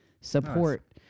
support